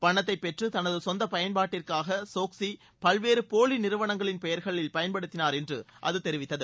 பணத்தைப் பெற்று தனது சொந்த பயன்பாட்டிற்காக சோக்ஸ்கி பல்வேறு போலி நிறுவனங்களின் பெயர்களை பயன்படுத்தினார் என்றும் அது தெரிவித்தது